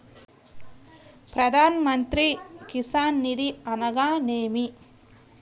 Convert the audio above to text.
ప్రధాన మంత్రి కిసాన్ నిధి అనగా నేమి?